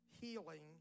healing